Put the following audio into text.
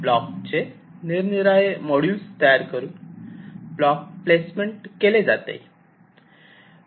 ब्लॉकचे निरनिराळे मॉड्यूल तयार करून ब्लॉक प्लेसमेंट केले जाते